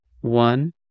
one